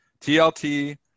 TLT